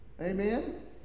Amen